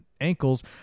ankles